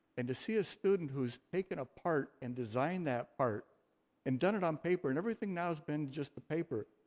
and to see a student who's taken a part and designed that part and done it on paper and everything now has just been just the paper.